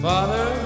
Father